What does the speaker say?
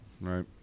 right